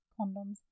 condoms